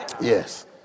Yes